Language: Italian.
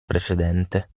precedente